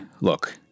look